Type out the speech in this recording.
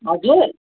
हजुर